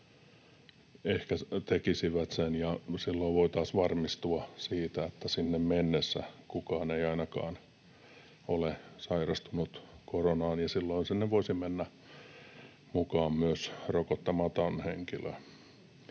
ehkä tekisivät sen, ja silloin voitaisiin varmistua siitä, että sinne mennessä kukaan ei ainakaan ole sairastunut koronaan, ja silloin sinne voisi mennä mukaan myös rokottamaton henkilö.